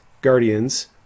guardians